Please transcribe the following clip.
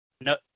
No